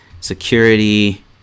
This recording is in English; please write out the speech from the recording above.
Security